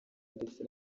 ndetse